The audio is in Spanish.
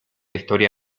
historia